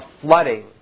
flooding